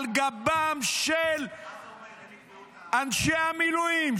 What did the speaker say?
על גבם של אנשי המילואים,